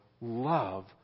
love